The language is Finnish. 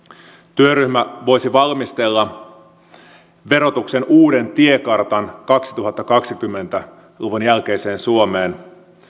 työryhmä voisi valmistella verotuksen uuden tiekartan kaksituhattakaksikymmentä luvun jälkeiseen suomeen